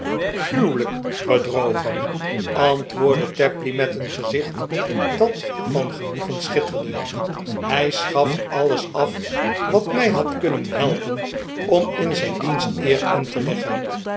gruweiijk bedrogen antwoordde tapley met een gezicht dat van genoegen schitterde hij schaft alles af wat mij had kunnen helpen om in zijn dienst eer in te leggen